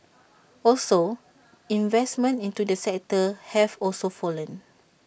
also investments into the sector have also fallen